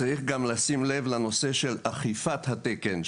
צריך גם לשים לב לנושא של אכיפת התקן,